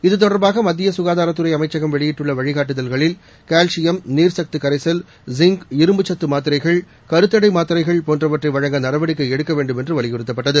இதுதொடர்பாக மத்திய சுகாதாரத்துறை அமைச்ககம் வெளியிட்டுள்ள வழிகாட்டுதல்களில் கால்சியம் நீர்ச்சத்துகரைசல் ஜிங்க் இரும்புச்சத்து மாத்திரைகள் கருத்தடை மாத்திரைகள் போன்றவற்றை வழங்க நடவடிக்கை எடுக்க வேண்டும் என்று வலியுறுத்தப்பட்டுள்ளது